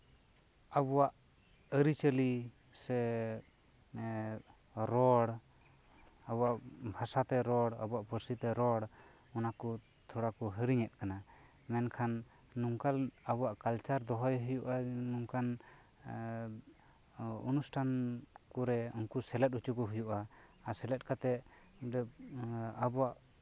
ᱟᱵᱚᱣᱟᱜ ᱟᱹᱨᱤᱪᱟᱹᱞᱤ ᱥᱮ ᱨᱚᱲ ᱟᱵᱚᱣᱟᱜ ᱵᱷᱟᱥᱟ ᱛᱮ ᱨᱚᱲ ᱟᱵᱚᱣᱟᱜ ᱯᱟᱹᱨᱥᱤ ᱛᱮ ᱨᱚᱲ ᱚᱱᱟᱠᱚ ᱛᱷᱚᱲᱟ ᱠᱚ ᱦᱤᱲᱤᱧᱮᱫ ᱠᱟᱱᱟ ᱢᱮᱱᱠᱷᱟᱱ ᱱᱚᱝᱠᱟᱱ ᱟᱵᱚᱣᱟᱜ ᱠᱟᱞᱪᱟᱨ ᱫᱚᱦᱚᱭ ᱦᱩᱭᱩᱜᱼᱟ ᱱᱚᱝᱠᱟᱱ ᱚᱱᱩᱥᱴᱷᱟᱱ ᱠᱚᱨᱮ ᱩᱱᱠᱩ ᱥᱮᱞᱮᱫ ᱦᱚᱪᱚ ᱠᱚ ᱦᱩᱭᱩᱜᱼᱟ ᱟᱨ ᱥᱮᱞᱮᱫ ᱠᱟᱛᱮ ᱚᱸᱰᱮ ᱟᱵᱚᱣᱟᱜ